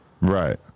Right